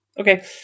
Okay